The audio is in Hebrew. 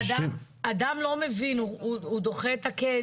אדם לא מבין, הוא דוחה את הקץ.